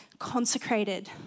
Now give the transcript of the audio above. consecrated